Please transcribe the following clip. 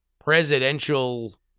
presidential